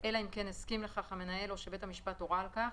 אלא אם כן הסכים לכך המנהל או שבית המשפט הורה על כך.